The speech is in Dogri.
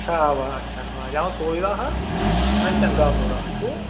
शाबाश शाबाश आ'ऊं सोचदा हा महा चंगा मुड़ा तूं